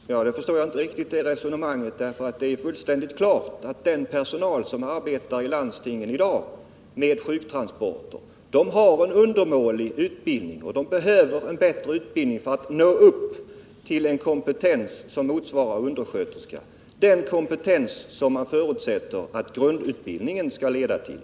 Fru talman! Jag förstår inte riktigt det resonemanget. Det är fullständigt klart att den personal som i dag arbetar i landstingen med sjuktransporter har en undermålig utbildning och behöver bättre utbildning för att nå upp till en kompetens som motsvarar undersköterskornas — den kompetens som man förutsätter att den nya grundutbildningen skall leda till.